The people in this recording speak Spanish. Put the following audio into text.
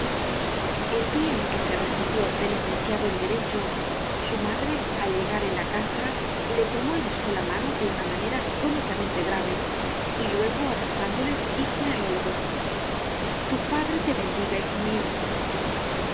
el día en que se recibió de licenciado en derecho su madre al llegar él a casa le tomó y besó la mano de una manera cómicamente grave y luego abrazándole díjole al oído tu padre te bendiga hijo mío su